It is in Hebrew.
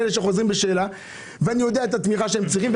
עם אלה שחוזרים בשאלה ואני יודע את התמיכה שהם צריכים,